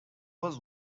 was